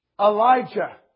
Elijah